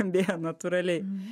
deja natūraliai